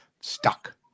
stuck